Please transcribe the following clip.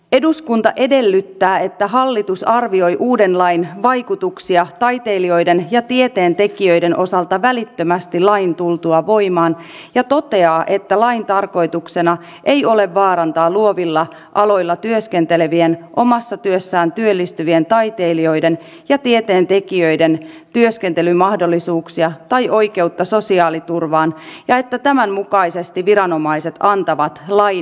eduskunta edellyttää että hallitus arvioi uuden lain vaikutuksia taiteilijoiden ja tieteentekijöiden osalta välittömästi lain tultua voimaan ja toteaa että lain tarkoituksena ei ole vaarantaa luovilla aloilla työskentelevien omassa työssään työllistyvien taiteilijoiden ja tieteentekijöiden työskentelymahdollisuuksia tai oikeutta sosiaaliturvaan ja että tämän mukaisesti viranomaiset antavat lain soveltamisohjeet